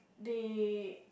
they